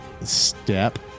Step